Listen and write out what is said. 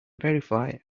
verify